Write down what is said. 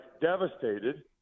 devastated